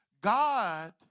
God